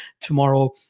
tomorrow